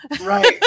Right